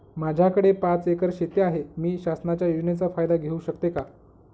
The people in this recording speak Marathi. माझ्याकडे पाच एकर शेती आहे, मी शासनाच्या योजनेचा फायदा घेऊ शकते का?